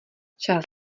čas